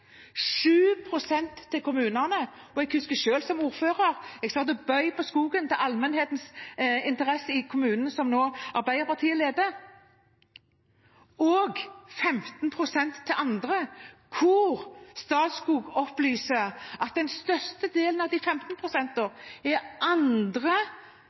til kommunene. Jeg husker selv at jeg som ordfører satt og bød på skogen til allmennhetens interesse i kommunen som Arbeiderpartiet nå leder. 15 pst. er solgt til andre. Statskog opplyser at den største delen av de 15 pst. av «andre» er